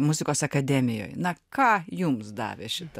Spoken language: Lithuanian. muzikos akademijoj na ką jums davė šita